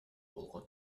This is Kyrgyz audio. болгон